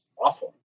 awful